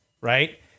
Right